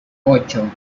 ocho